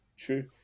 true